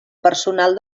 personal